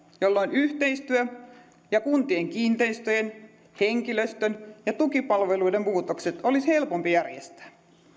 jolloin yhteistyö ja kuntien kiinteistöjen henkilöstön ja tukipalveluiden muutokset olisi helpompi järjestää